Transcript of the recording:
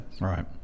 Right